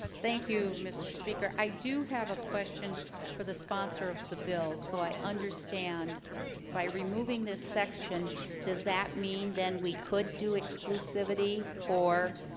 thank you mr speaker i do have a question for the sponsor of the bill so i understand by removing this section does that mean then we could do exclusivity for?